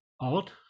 odd